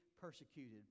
persecuted